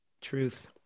Truth